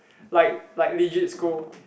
like like legit scold